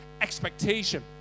expectation